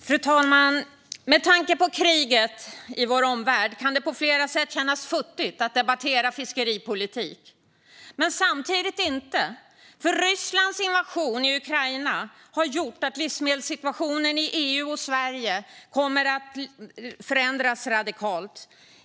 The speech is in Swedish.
Fru talman! Med tanke på kriget i vår omvärld kan det på flera sätt kännas futtigt att debattera fiskeripolitik, men samtidigt inte. Rysslands invasion i Ukraina har nämligen gjort att livsmedelssituationen i EU och Sverige kommer att förändras radikalt.